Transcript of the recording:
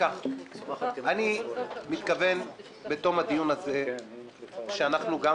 בתום הדיון הזה אני מתכוון שאנחנו גם,